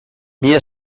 mila